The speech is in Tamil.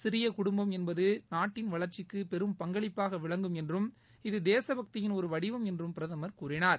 சிறிய குடும்பம் என்பது நாட்டின் வளர்ச்சிக்கு பெரும் பங்காளிப்பாக விளங்கும் என்றும் இது தேசபக்தியின் ஒரு வடிவம் என்றும் பிரதமா் மேலும் கூறினார்